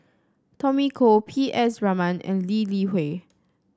Tommy Koh P S Raman and Lee Li Hui